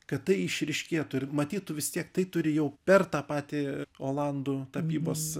kad tai išryškėtų ir matyt tu vis tiek tai turi jau per tą patį olandų tapybos